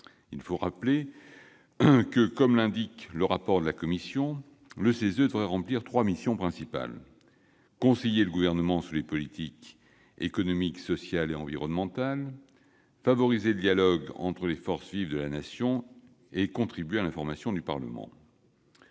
rappelons, comme l'indique le rapport de la commission, que le CESE devrait remplir trois missions principales : conseiller le Gouvernement sur les politiques économiques, sociales et environnementales, favoriser le dialogue entre les forces vives de la Nation et contribuer à l'information du Parlement.